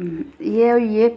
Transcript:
एह् होई गे